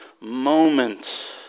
moment